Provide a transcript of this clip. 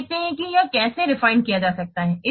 अब देखते हैं कि यह कैसे परिष्कृत किया जा सकता है